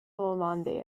yolande